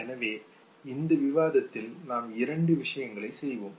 எனவே இந்த விவாதத்தில் நாம் இரண்டு விஷயங்களை செய்வோம்